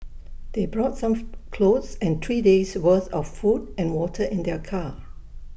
they brought some clothes and three days' worth of food and water in their car